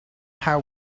have